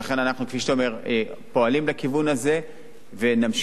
פועלים לכיוון הזה ונמשיך לפעול לכיוון הזה.